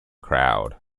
crowd